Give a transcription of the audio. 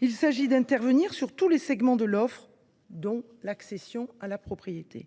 Il s’agit d’intervenir sur tous les segments de l’offre, dont l’accession à la propriété.